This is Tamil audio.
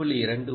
1